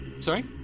Sorry